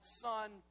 son